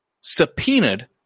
subpoenaed